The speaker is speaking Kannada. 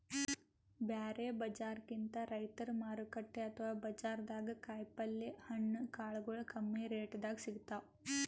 ಬ್ಯಾರೆ ಬಜಾರ್ಕಿಂತ್ ರೈತರ್ ಮಾರುಕಟ್ಟೆ ಅಥವಾ ಬಜಾರ್ದಾಗ ಕಾಯಿಪಲ್ಯ ಹಣ್ಣ ಕಾಳಗೊಳು ಕಮ್ಮಿ ರೆಟೆದಾಗ್ ಸಿಗ್ತಾವ್